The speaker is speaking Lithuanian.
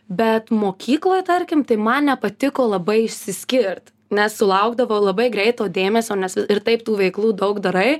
bet mokykloj tarkim tai man nepatiko labai išsiskirt nes sulaukdavau labai greito dėmesio nes ir taip tų veiklų daug darai